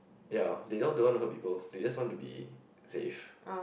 ya they just don't want to hurt people they just want to be safe